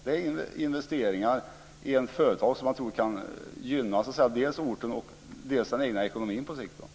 Det är investeringar i ett företag som man tror kan gynna dels orten, dels den egna ekonomin på sikt.